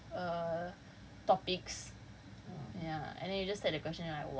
so it's usually like like apa a combination of err topics